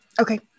Okay